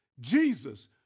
Jesus